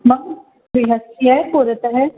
मां गृहस्य पुरतः